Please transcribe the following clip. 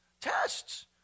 Tests